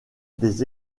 des